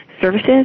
services